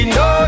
no